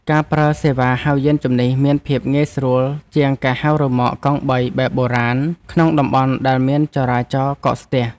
ការប្រើសេវាហៅយានជំនិះ មានភាពងាយស្រួលជាងការហៅរ៉ឺម៉កកង់បីបែបបុរាណក្នុងតំបន់ដែលមានចរាចរណ៍កកស្ទះ។